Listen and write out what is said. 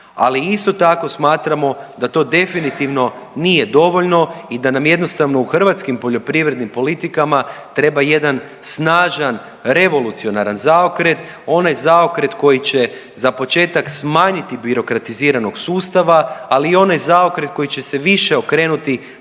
ali isto tako smatramo da to definitivno nije dovoljno i da nam jednostavno u hrvatskim poljoprivrednim politikama treba jedan snažan revolucionaran zaokret, onaj zaokret koji će za početak smanjiti birokratiziranog sustava, ali i onaj zaokret koji će se više okrenuti